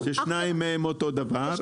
ששתיים מהן זה אותו דבר.